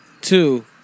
two